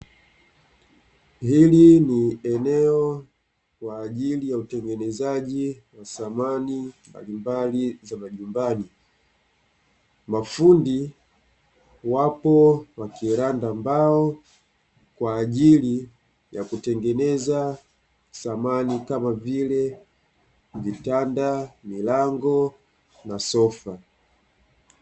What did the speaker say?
Hili ni eneo kwa ajili ya utengenezaji wa samani mbalimbali za majumbani, mafundi wapo wakiranda mbao kwa ajili ya kutengeneza samani kama vile vitanda, milango na sofa.